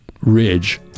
ridge